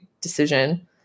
decision